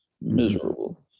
miserable